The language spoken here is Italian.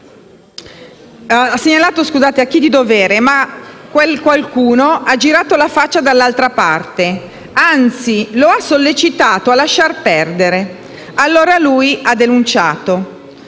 Ha segnalato a chi di dovere, ma quel qualcuno ha girato la faccia dall'altra parte; anzi, lo ha sollecitato a lasciar perdere. Allora lui ha denunciato.